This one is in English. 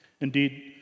Indeed